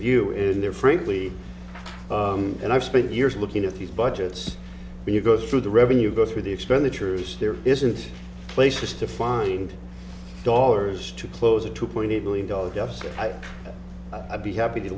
in there frankly and i've spent years looking at these budgets and you go through the revenue go through the expenditures there is it's places to find dollars to close a two point eight billion dollar deficit i'd be happy to